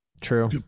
true